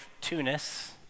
Tunis